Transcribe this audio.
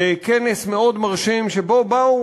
כנס מאוד מרשים שבו באו,